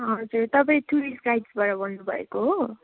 हजुर तपाईँ टुरिस्ट गाइडबाट बोल्नुभएको हो